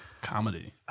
comedy